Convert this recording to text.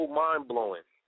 mind-blowing